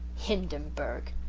hindenburg!